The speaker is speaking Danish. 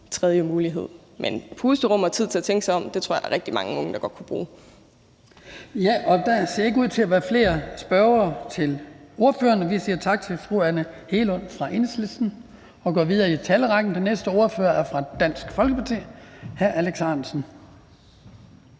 tredje mulighed. Men et pusterum og tid til at tænke sig om tror jeg der er rigtig mange unge der godt kunne bruge. Kl. 12:40 Den fg. formand (Hans Kristian Skibby): Der ser ikke ud til at være flere korte bemærkninger til ordføreren. Vi siger tak til fru Anne Hegelund fra Enhedslisten og går videre i talerrækken. Den næste ordfører er fra Dansk Folkeparti. Hr. Alex Ahrendtsen.